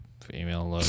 female